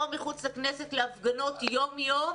פה מחוץ לכנסת להפגנות יום יום